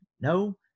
No